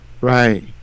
right